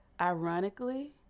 ironically